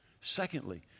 Secondly